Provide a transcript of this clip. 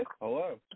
Hello